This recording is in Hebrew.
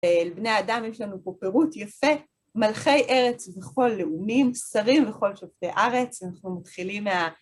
לבני האדם יש לנו פה פירוט יפה, מלכי ארץ וכל לאומים, שרים וכל שופטי ארץ, ואנחנו מתחילים מה...